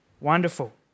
Wonderful